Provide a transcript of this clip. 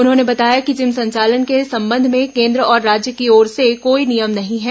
उन्होंने बताया कि जिम संचालन के संबंध में केंद्र और राज्य की ओर से कोई नियम नहीं है